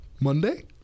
Monday